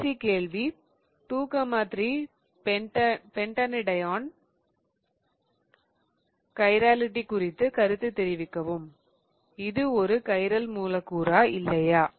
கடைசி கேள்வி 23 pentadiene 23 pentadiene chirality குறித்து கருத்து தெரிவிக்கவும் இது ஒரு கைரல் மூலக்கூறா இல்லையா